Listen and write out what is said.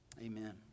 Amen